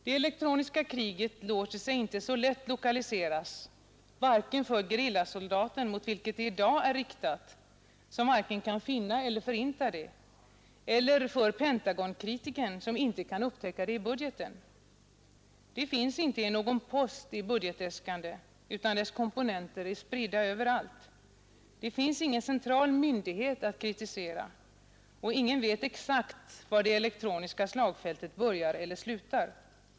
Det elektroniska kriget låter sig inte så lätt lokaliseras, vare sig för gerillasoldaten mot vilken det i dag är riktat som varken kan finna eller förinta det, eller för Pentagonkritikern, som inte kan upptäcka det i budgeten. Det finns inte i någon post i budgetäskanden utan dess komponenter är spridda överallt. Det finns ingen central myndighet att kritisera, och ingen vet exakt var det elektroniska slagfältet börjar eller slutar.